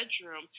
bedroom